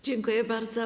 Dziękuję bardzo.